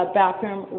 bathroom